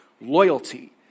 loyalty